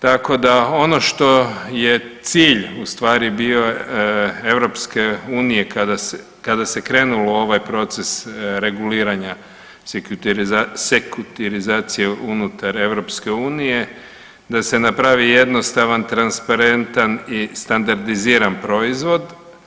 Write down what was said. Tako da ono što je cilj u stvari bio EU kada se krenulo u ovaj proces reguliranja sekuritizacije unutar EU da se napravi jednostavan, transparentan i standardiziran proizvod.